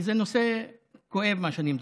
אני מבקש ממך, כי זה נושא כואב, מה שאני מדבר.